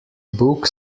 bok